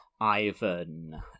Ivan